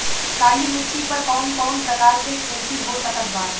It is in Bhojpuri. काली मिट्टी पर कौन कौन प्रकार के खेती हो सकत बा?